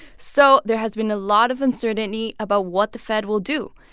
so there has been a lot of uncertainty about what the fed will do.